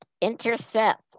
intercept